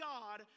God